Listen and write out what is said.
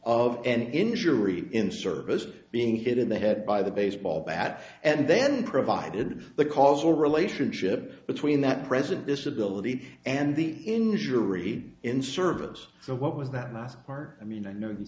of any injury in service of being hit in the head by the baseball bat and then provided the causal relationship between that present disability and the injury in service so what was that last part i mean i know